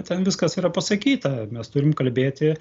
ten viskas yra pasakyta mes turim kalbėti